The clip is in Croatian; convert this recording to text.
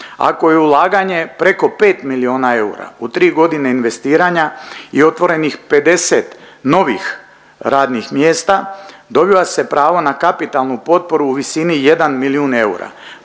Ako je ulaganje preko 5 milijuna eura u 3 godine investiranja i otvorenih 50 novih radnih mjesta dobiva se pravo na kapitalnu potporu u visini 1 milijun eura.